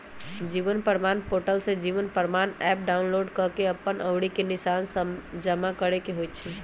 जीवन प्रमाण पोर्टल से जीवन प्रमाण एप डाउनलोड कऽ के अप्पन अँउरी के निशान जमा करेके होइ छइ